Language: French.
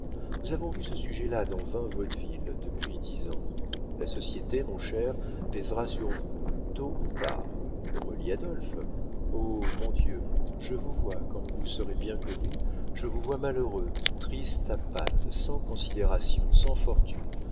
nous avons vu ce sujet là dans vingt vaudevilles depuis dix ans la société mon cher pèsera sur vous tôt ou tard relis adolphe oh mon dieu je vous vois quand vous vous serez bien connus je vous vois malheureux triste à pattes sans considération sans fortune